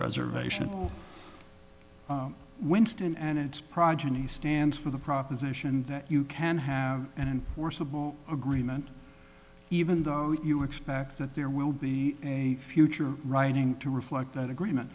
reservation winston and it's progeny stands for the proposition that you can have an enforceable agreement even though you expect that there will be a future writing to reflect that agreement